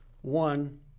one